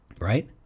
Right